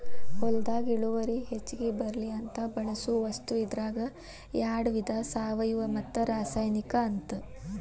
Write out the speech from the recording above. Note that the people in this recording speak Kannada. ಹೊಲದಾಗ ಇಳುವರಿ ಹೆಚಗಿ ಬರ್ಲಿ ಅಂತ ಬಳಸು ವಸ್ತು ಇದರಾಗ ಯಾಡ ವಿಧಾ ಸಾವಯುವ ಮತ್ತ ರಾಸಾಯನಿಕ ಅಂತ